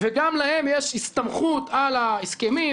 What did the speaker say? וגם להם יש הסתמכות על ההסכמים,